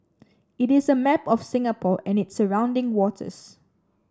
it is a map of Singapore and its surrounding waters